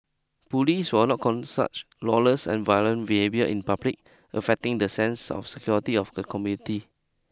police will not con such lawless and violent behaviour in public affecting the sense of security of the community